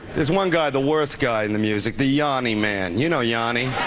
there's one guy, the worst guy in the music, the yonni man you know, yonni,